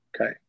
Okay